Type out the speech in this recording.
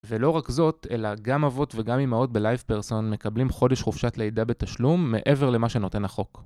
ולא רק זאת, אלא גם אבות וגם אמהות בלייב פרסון מקבלים חודש חופשת לידה בתשלום מעבר למה שנותן החוק.